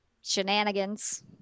shenanigans